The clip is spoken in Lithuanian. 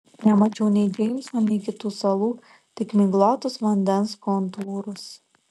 nemačiau nei džeimso nei kitų salų tik miglotus vandens kontūrus